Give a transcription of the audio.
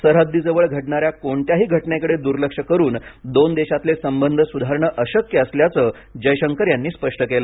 सरहद्दीजवळ घडणाऱ्या कोणत्याही घटनेकडे दुर्लक्ष करून दोन देशातले संबंध सुधारणं अशक्य असल्याचं जयशंकर यांनी स्पष्ट केलं